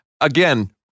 again